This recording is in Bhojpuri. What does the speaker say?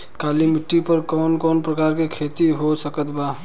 काली मिट्टी पर कौन कौन प्रकार के खेती हो सकत बा?